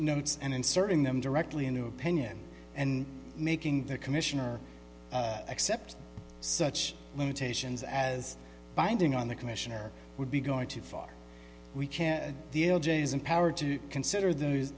notes and inserting them directly into opinion and making the commissioner accept such limitations as binding on the commissioner would be going too far we can't the l j is empowered to consider the